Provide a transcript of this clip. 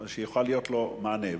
שיוכל להיות לו מענה.